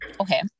okay